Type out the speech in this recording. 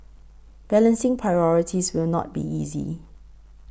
balancing priorities will not be easy